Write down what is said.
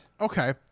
Okay